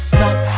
Stop